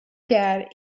that